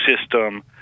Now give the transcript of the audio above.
system